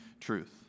truth